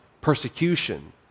persecution